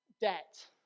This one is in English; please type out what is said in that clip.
Debt